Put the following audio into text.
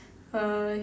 uh